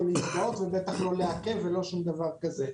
להזדהות ובטח לא לעכב ולא שום דבר כזה.